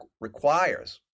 requires